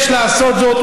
יש לעשות זאת,